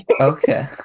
Okay